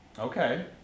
Okay